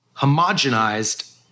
homogenized